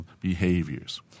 behaviors